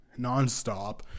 nonstop